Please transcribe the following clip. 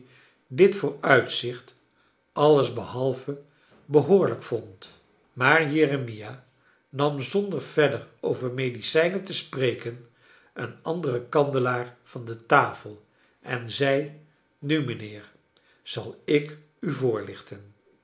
dit vooruitzicht alles behalve behoorlijk vond maar jeremia nam zonder verder over medicijnen te spreken een anderen kandelaar van de tafel en zei nu mijnheer zal ik u voorlichten